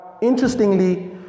interestingly